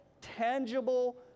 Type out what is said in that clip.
tangible